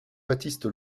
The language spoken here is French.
baptiste